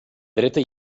dreta